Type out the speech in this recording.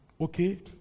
okay